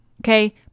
Okay